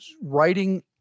writing